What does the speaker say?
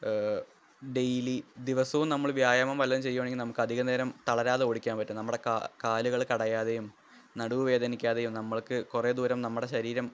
daily ദിവസവും നമ്മൾ വ്യായാമം വല്ലതും ചെയ്യുവാണെങ്കിൽ നമുക്ക് അധികം നേരം തളരാതെ ഓടിക്കാന് പറ്റും നമ്മുടെ കാ കാലുകള് കടയാതെയും നടുവ് വേദനിക്കാതെയും നമ്മള്ക്ക് കുറേ ദൂരം നമമുടെ ശരീരം